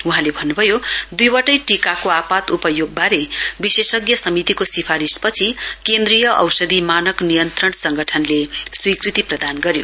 वहाँले भन्नुभयो दुईवटै टीकाको आपात उपयोगबारे विशेषज्ञ समितिको सिफारिशपछि केन्द्रीय औषधि मानक नियन्त्रण संगठनले स्वीकृति प्रदान गर्यो